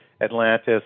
Atlantis